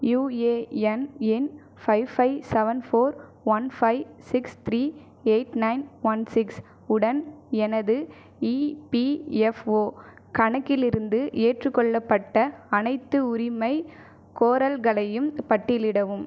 UAN எண் five five seven four one five six three eight nine one six உடன் எனது EPFO கணக்கிலிருந்து ஏற்றுக்கொள்ளப்பட்ட அனைத்து உரிமை கோரல்களையும் பட்டியலிடவும்